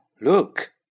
Look